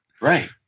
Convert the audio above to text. Right